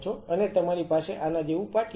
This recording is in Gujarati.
અને તમારી પાસે આના જેવું પાટિયું છે